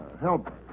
help